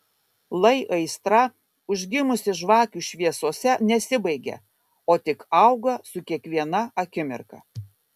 lai aistra užgimusi žvakių šviesose nesibaigia o tik auga su kiekviena akimirka